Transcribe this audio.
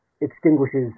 extinguishes